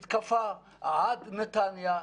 מתקפה עד נתניה,